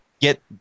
get